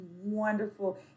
wonderful